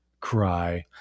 cry